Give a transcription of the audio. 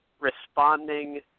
responding